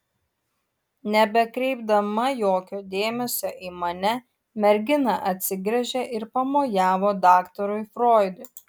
nebekreipdama jokio dėmesio į mane mergina atsigręžė ir pamojavo daktarui froidui